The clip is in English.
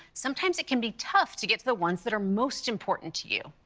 sometimes it can be tough to get to the ones that are most important to you.